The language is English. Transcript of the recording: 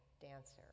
dancer